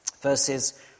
verses